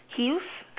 he used